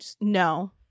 no